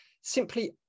simply